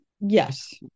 yes